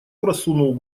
просунул